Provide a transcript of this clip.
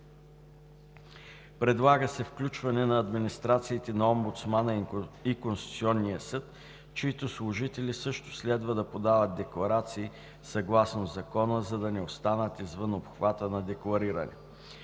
Предлага се включване на администрациите на омбудсмана и Конституционния съд, чиито служители също следва да подават декларации съгласно Закона, за да не останат извън обхвата на деклариране.